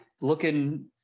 looking